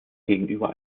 gegenüber